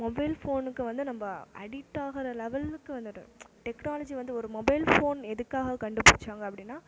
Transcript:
mobile ஃபோனுக்கு வந்து நம்ம அடிக்ட் ஆகுற லெவலுக்கு வந்துட்டோம் டெக்னாலஜி வந்து ஒரு மொபைல் ஃபோன் எதுக்காக கண்டு பிடிச்சாங்க அப்படின்னா